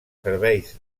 serveis